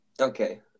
okay